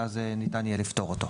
ואז ניתן יהיה לפתור אותו.